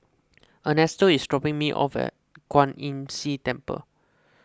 Ernesto is dropping me off at Kwan Imm See Temple